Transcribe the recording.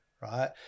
right